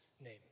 name